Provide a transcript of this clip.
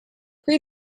pre